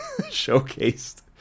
Showcased